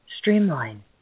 Streamline